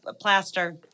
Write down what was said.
plaster